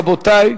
רבותי,